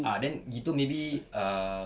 ah then gitu maybe uh